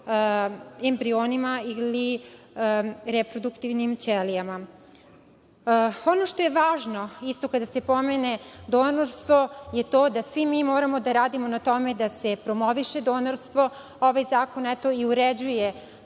embrionima ili reproduktivnim ćelijama. Ono što je važno isto kada se pomene donorstvo je to da svi mi moramo da radimo na tome da se promoviše donorstvo. Ovaj zakon i uređuje